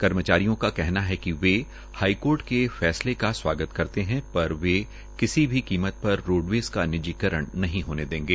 कर्मचारियों का कहना है कि वे हाईकोट के फैसले का स्वागत करते है पर वे किसी भी कीमत पर रोडवेज़ का निजीकरण नहीं होने देंगे